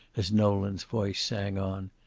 as nolan's voice sang on.